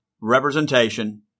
representation